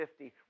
$50